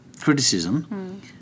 criticism